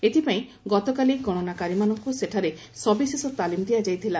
ଏଥିପାଇଁ ଗତକାଲି ଗଶନାକାରୀମାନଙ୍କୁ ସେଠାରେ ସବିଶେଷ ତାଲିମ ଦିଆଯାଇଥିଲା